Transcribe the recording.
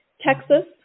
Texas